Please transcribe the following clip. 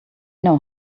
know